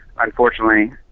unfortunately